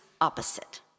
opposite